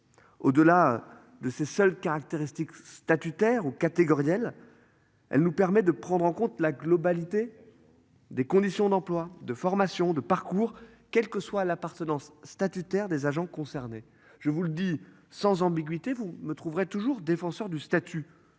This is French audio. Au-delà de ses seules caractéristiques statutaire ou catégoriels. Elle nous permet de prendre en compte la globalité. Des conditions d'emploi, de formation, de parcours. Quelle que soit l'appartenance statutaire des agents concernés. Je vous le dis, sans ambiguïté, vous me trouverez toujours défenseur du statut.